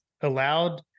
allowed